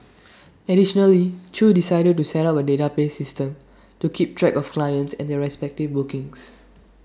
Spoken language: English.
additionally chew decided to set up A database system to keep track of clients and their respective bookings